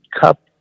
cup